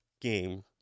game